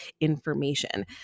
information